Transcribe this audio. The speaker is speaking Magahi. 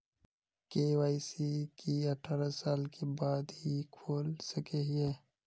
के.वाई.सी की अठारह साल के बाद ही खोल सके हिये?